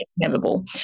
inevitable